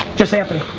just anthony.